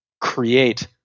create